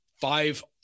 five